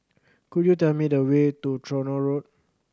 could you tell me the way to Tronoh Road